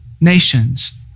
nations